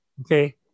Okay